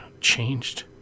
changed